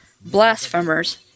blasphemers